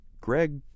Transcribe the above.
Greg